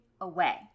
away